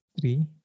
three